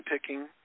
picking